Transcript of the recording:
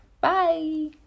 Bye